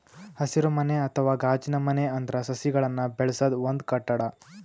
ಹಸಿರುಮನೆ ಅಥವಾ ಗಾಜಿನಮನೆ ಅಂದ್ರ ಸಸಿಗಳನ್ನ್ ಬೆಳಸದ್ ಒಂದ್ ಕಟ್ಟಡ